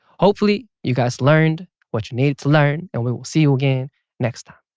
hopefully you guys learned what you needed to learn and we will see you again next time.